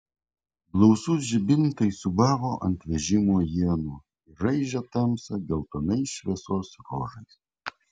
blausūs žibintai siūbavo ant vežimo ienų ir raižė tamsą geltonais šviesos ruožais